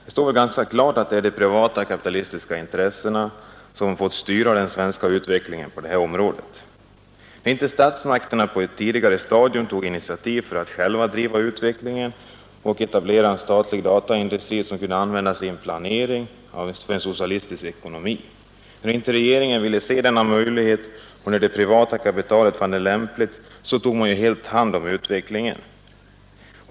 Det står väl ganska klart att det är de privata kapitalistiska intressena som fått styra den svenska utvecklingen på det här området, när inte statsmakterna på ett tidigare stadium tog initiativ för att själva driva utvecklingen och etablera en statlig dataindustri som kunde användas i planeringen av en socialistisk ekonomi. När inte regeringen ville se denna möjlighet, fann det privata kapitalet det lämpligt att helt ta hand om utvecklingen.